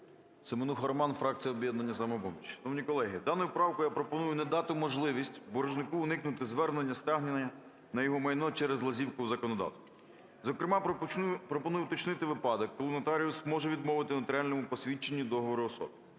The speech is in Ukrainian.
Семенуха Роман, фракція "Об'єднання "Самопоміч". Шановні колеги, даною правкою я пропоную не дати можливість боржнику уникнути звернення стягнення на його майно через лазівку в законодавстві. Зокрема, пропоную уточнити випадок, коли нотаріус може відмовити у нотаріальному посвідченні договору особи.